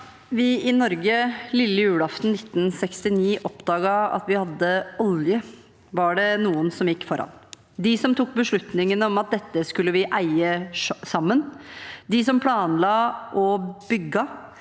vi i Norge lille julaften 1969 oppdaget at vi hadde olje, var det noen som gikk foran – de som tok beslutningene om at dette skulle vi eie sammen, de som planla og bygde,